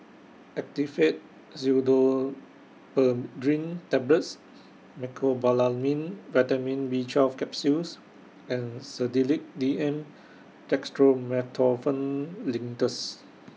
Actifed Pseudoephedrine Tablets Mecobalamin Vitamin B twelve Capsules and Sedilix D M Dextromethorphan Linctus